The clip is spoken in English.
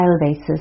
basis